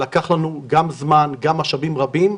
זה לקח גם זמן וגם משאבים רבים,